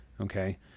Okay